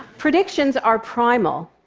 predictions are primal.